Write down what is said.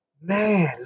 Man